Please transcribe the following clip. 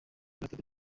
gatatu